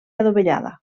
adovellada